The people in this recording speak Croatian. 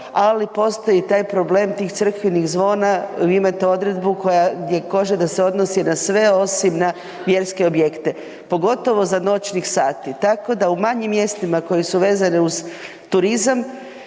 ali postoji taj problem tih crkvenih zvona, vi imate odredbu koja kaže da se odnosi na sve osim na vjerske objekte, pogotovo za noćnih sati. Tako da u manjim mjestima koji su vezani uz turizam